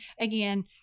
again